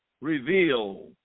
reveal